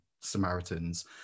Samaritans